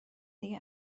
دیگه